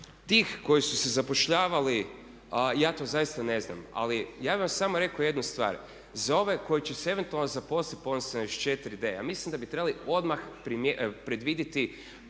tih koji su se zapošljavali ja to zaista ne znam. Ali ja bih vam samo rekao jednu stvar, za ove koji će se eventualno zaposliti po ovom 74.d ja mislim da bi trebali odmah predvidjeti